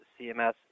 CMS